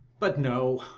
but, no,